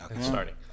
starting